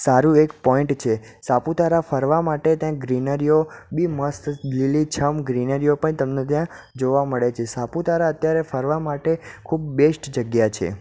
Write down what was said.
સારું એક પોઈન્ટ છે સાપુતારા ફરવા માટે ત્યાં ગ્રીનરીઓ બી મસ્ત લીલીછમ ગ્રીનરીઓ પણ તમને ત્યાં જોવા મળે છે સાપુતારા અત્યારે ફરવા માટે ખૂબ બેસ્ટ જગ્યા છે